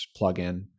plugin